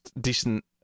decent